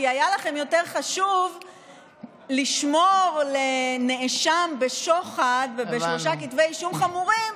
כי היה לכם חשוב יותר לשמור לנאשם בשוחד ובשלושה כתבי אישום חמורים,